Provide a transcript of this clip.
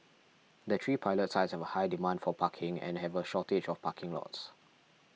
the three pilot sites have a high demand for parking and have a shortage of parking lots